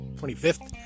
25th